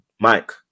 Mike